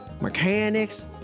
Mechanics